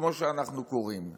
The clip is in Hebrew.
כמו שאנחנו קוראים לזה.